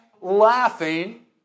laughing